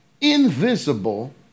invisible